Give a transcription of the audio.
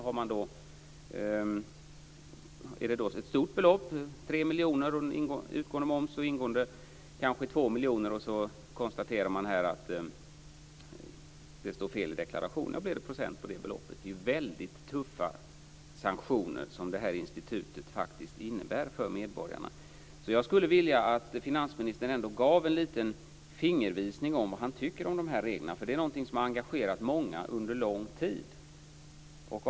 Är det då fråga om ett stort belopp - 3 miljoner kronor i utgående moms och kanske 2 miljoner kronor i ingående moms - och man konstaterar att det står fel i deklarationen så blir det procent på det beloppet. Det är ju väldigt tuffa sanktioner som detta institut faktiskt innebär för medborgarna. Jag skulle vilja att finansministern ändå gav en liten fingervisning om vad han tycker om dessa regler. Det är nämligen någonting som har engagerat många under lång tid. Fru talman!